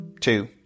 two